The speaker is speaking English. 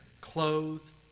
clothed